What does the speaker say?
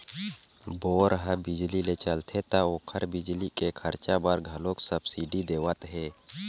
bore ह बिजली ले चलथे त ओखर बिजली के खरचा बर घलोक सब्सिडी देवत हे